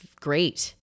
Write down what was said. great